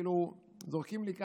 כאילו זורקים לי ככה: